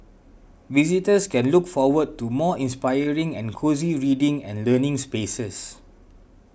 visitors can look forward to more inspiring and cosy reading and learning spaces